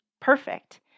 perfect